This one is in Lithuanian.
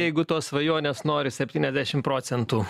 jeigu tos svajonės nori septyniasdešimt procentų